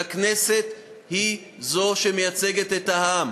והכנסת היא שמייצגת את העם.